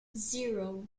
zero